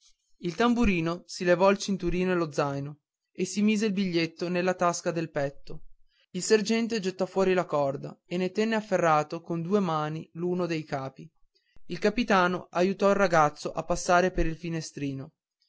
il tamburino si levò il cinturino e lo zaino e si mise il biglietto nella tasca del petto il sergente gettò la corda e ne tenne afferrato con due mani l'uno dei capi il capitano aiutò il ragazzo a passare per il finestrino